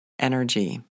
energy